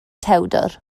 tewdwr